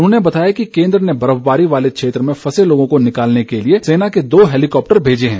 उन्होंने बताया कि केन्द्र ने बर्फबारी वाले क्षेत्रों में फंसे लोगों को निकालने के लिए सेना के दो हैलीकॉप्टर भेजे हैं